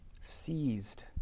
seized